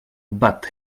but